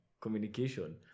communication